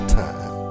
time